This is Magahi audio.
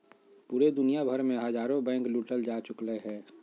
पूरे दुनिया भर मे हजारो बैंके लूटल जा चुकलय हें